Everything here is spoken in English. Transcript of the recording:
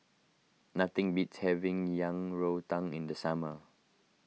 nothing beats having Yang Rou Tang in the summer